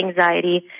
anxiety